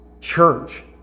church